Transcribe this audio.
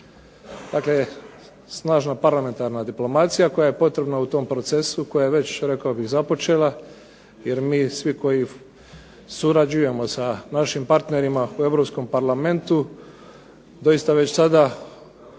dakle snažna parlamentarna diplomacija koja je potrebna u tom procesu, koja je već rekao bih započela jer mi svi koji surađujemo sa našim partnerima u Europskom parlamentu doista već sada